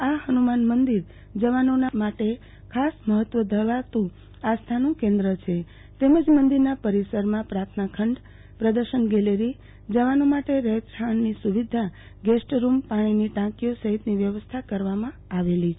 આ ફનુ માન મંદિર જવાનોના માટે ખાસ મહત્વ ધરાવતુ આસ્થાનું કેન્દ્ર છેતેમજ મંદિરના પરિસરમાં પ્રાર્થના ખંડપ્રદર્શન ગેલેરીજવાનો માટે રહેઠાણની સુ વિધાગેસ્ટહાઉસપાણીની ટાંકીઓ સહિતની વ્યવસ્થા કરવામાં આવેલી છે